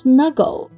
Snuggle